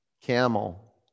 Camel